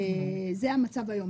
זה המצב היום.